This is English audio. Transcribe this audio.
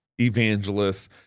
evangelists